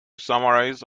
summarize